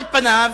על פניו,